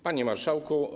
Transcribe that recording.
Panie Marszałku!